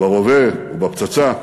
ברובה ובפצצה.